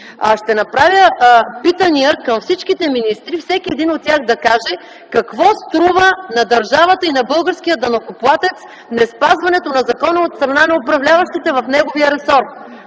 ще направя питания към всичките министри, всеки един от тях да каже: какво струва на държавата и на българския данъкоплатец неспазването на закона от страна на управляващите в неговия ресор?